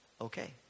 Okay